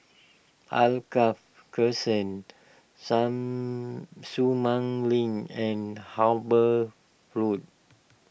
Alkaff Crescent some Sumang Link and Harper Road